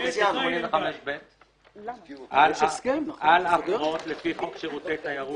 אני קורא את סעיף 85ב. 85ב. על אף הוראות לפי חוק שירותי תיירות,